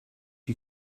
you